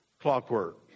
clockwork